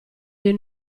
dei